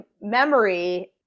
memory